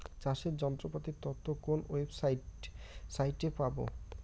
চাষের যন্ত্রপাতির তথ্য কোন ওয়েবসাইট সাইটে পাব?